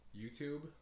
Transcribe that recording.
YouTube